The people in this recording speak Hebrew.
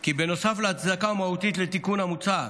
כי נוסף להצדקה המהותית לתיקון המוצע,